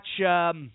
watch